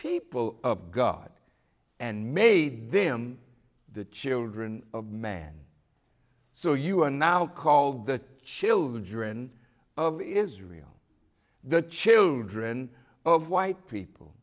people of god and made them the children of man so you are now called the children of israel the children of white people